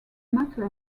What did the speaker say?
matter